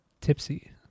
tipsy